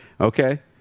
Okay